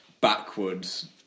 backwards